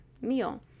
meal